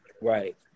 Right